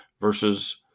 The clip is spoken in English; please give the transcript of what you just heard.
versus